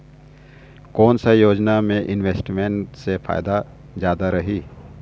कोन सा योजना मे इन्वेस्टमेंट से जादा फायदा रही?